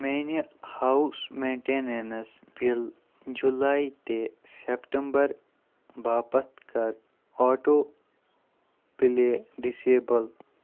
میٛانہِ house maintenance bill جُلَے تہِ سٮ۪پٹَمبَر باپتھ کَر آٹو پٕلے ڈِسیبٕل